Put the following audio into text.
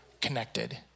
connected